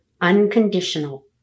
unconditional